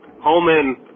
Holman